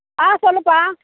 ஆ சொல்லுப்பா